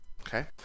Okay